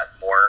more